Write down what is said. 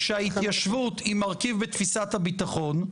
שההתיישבות היא מרכיב בתפיסת הביטחון,